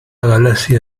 galaxia